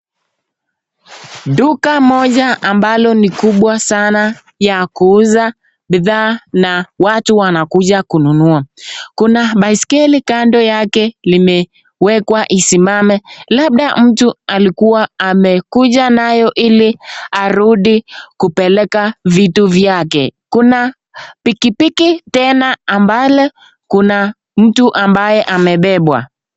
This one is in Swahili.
Duka moja ambalo ni kubwa sana ya kuuza bidhaa na watu wanakuja kununua. Kuna baiskeli kando yake limewekwa isimame, labda mtu alikuwa amekuja nayo ili arudi kupeleka vitu vyake. Kuna pikipiki tena ambalo kuna mtu ambaye amebebwa.